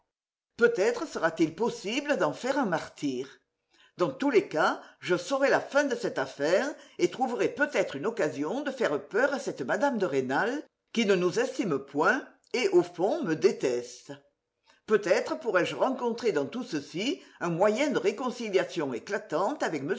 peut-être sera-t-il possible d'en faire un martyr dans tous les cas je saurai le fin de cette affaire et trouverai peut-être une occasion de faire peur à cette mme de rênal qui ne nous estime point et au fond me déteste peut-être pourrai-je rencontrer dans tout ceci un moyen de réconciliation éclatante avec